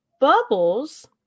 Bubbles